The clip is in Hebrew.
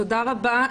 תודה רבה.